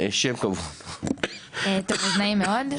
נעים מאוד.